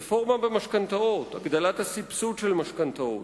רפורמה במשכנתאות, הגדלת הסבסוד של משכנתאות,